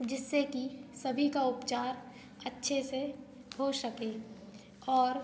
जिससे कि सभी का उपचार अच्छे से हो सके और